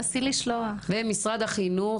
משרד החינוך,